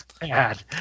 Bad